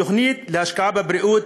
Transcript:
תוכנית להשקעה בבריאות,